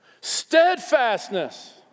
Steadfastness